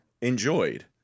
enjoyed